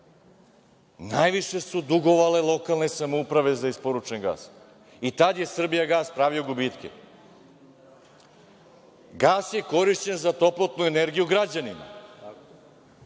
najviše su dugovale lokalne samouprave za isporučen gas i tad je „Srbijagas“ pravio gubitke. Gas je korišćen za toplotnu energiju građana.